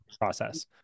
process